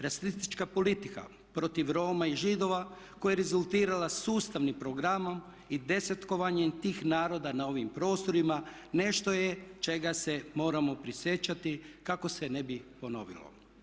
Rasistička politika protiv Roma i Židova koja je rezultirala sustavnim programom i desetkovanjem tih naroda na ovim prostorima nešto je čega se moramo prisjećati kako se ne bi ponovilo.